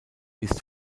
ist